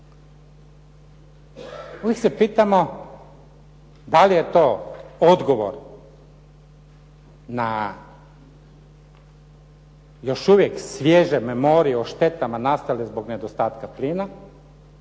Uvijek se pitamo da li je to odgovor na još uvijek svježu memoriju o štetama nastalih zbog nedostatka plina